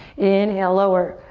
inhale, lower,